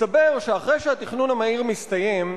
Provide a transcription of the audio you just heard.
מסתבר שאחרי שהתכנון המהיר מסתיים,